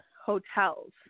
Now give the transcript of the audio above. hotels